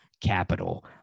capital